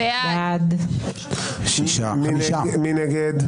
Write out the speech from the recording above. מי נגד?